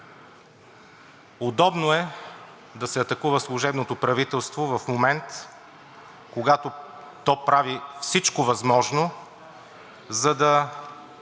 Удобно е да се атакува служебното правителство в момент, когато то прави всичко възможно, за да